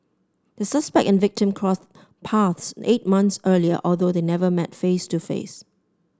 the suspect and victim crossed paths eight months earlier although they never met face to face